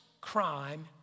crime